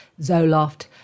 Zoloft